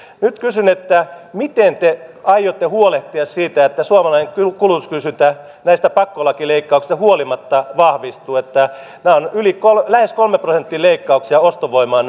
nyt kysyn miten te aiotte huolehtia siitä että suomalainen kulutuskysyntä näistä pakkolakileikkauksista huolimatta vahvistuu nämä teidän esityksenne ovat lähes yli kolmen prosentin leikkauksia ostovoimaan